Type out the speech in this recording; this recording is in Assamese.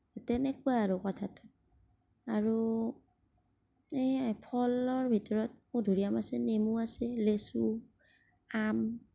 তেনেকুৱাই আৰু কথাটো আৰু এই ফলৰ ভিতৰত মধুৰীআম আছে নেমু আছে লেচু আম